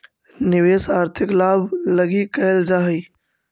निवेश आर्थिक लाभ लगी कैल जा हई